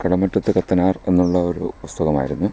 കടമറ്റത്ത് കത്തനാർ എന്നുള്ള ഒരു പുസ്തകമായിരുന്നു